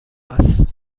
است